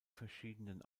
verschiedenen